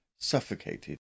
suffocated